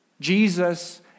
Jesus